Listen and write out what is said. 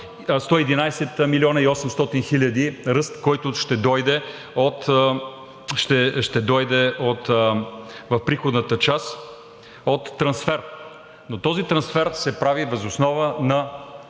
111 млн. 800 хиляди, ръст, който ще дойде от приходната част от трансфер. Този трансфер се прави въз основа на висока